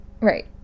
Right